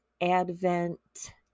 Advent